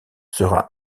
sera